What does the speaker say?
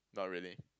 not really